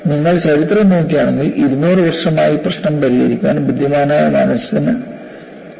നിങ്ങൾ ചരിത്രം നോക്കുകയാണെങ്കിൽ 200 വർഷമായി ഈ പ്രശ്നം പരിഹരിക്കാൻ ബുദ്ധിമാനായ മനസ്സിന് എടുത്തു